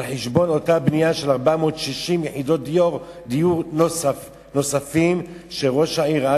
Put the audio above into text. על חשבון אותה בנייה של 460 יחידות דיור נוספות שראש העיר ראה